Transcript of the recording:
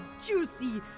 juicy.